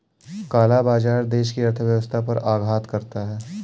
काला बाजार देश की अर्थव्यवस्था पर आघात करता है